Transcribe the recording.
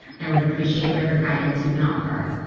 i would appreciate whatever guidance you can offer